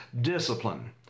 discipline